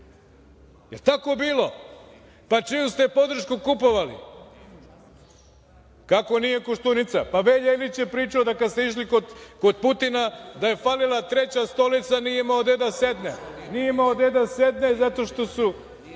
Jel tako bilo? Pa, čiju ste podršku kupovali? Kako nije Koštunica? Pa, Velja Ilić je pričao da kada ste išli kod Putina da je falila treća stolica, nije imao gde da sedne, nije imao gde da sedne zato što su,